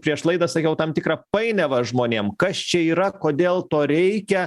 prieš laidą sakiau tam tikrą painiavą žmonėm kas čia yra kodėl to reikia